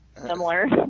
Similar